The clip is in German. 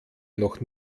noch